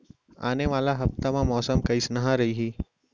आने वाला हफ्ता मा मौसम कइसना रही?